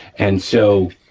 and so,